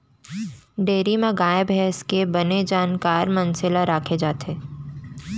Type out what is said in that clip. dairy म गाय भईंस के बने जानकार मनसे ल राखे जाथे